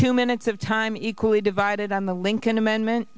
two minutes of time equally divided on the lincoln amendment